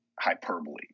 hyperbole